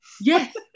yes